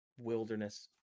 wilderness